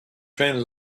trainers